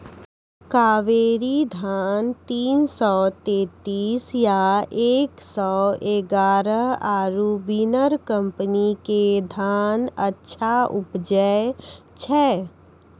कावेरी धान तीन सौ तेंतीस या एक सौ एगारह आरु बिनर कम्पनी के धान अच्छा उपजै छै?